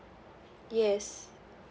yes